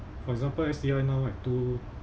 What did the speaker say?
for example S_T_I now at two